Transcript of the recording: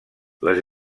les